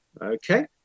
Okay